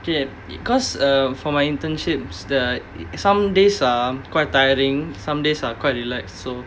because uh for my internships the some days are quite tiring some days are quite relaxed so